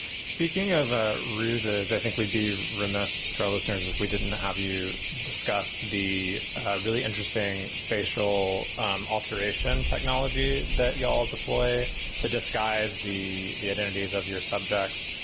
speaking of ah ruses, i think we'd be remiss, talas, if we didn't have you discussed the really interesting facial um alteration technology that you all deploy to disguise the the identities of your subjects?